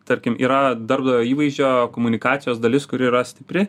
tarkim yra darbdavio įvaizdžio komunikacijos dalis kuri yra stipri